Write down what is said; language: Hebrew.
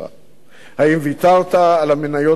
האם ויתרת על המניות הישראליות?